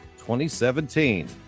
2017